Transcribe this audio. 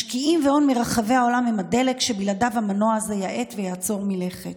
משקיעים והון מרחבי העולם הם הדלק שבלעדיו המנוע זה יאט ויעצור מלכת.